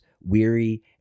weary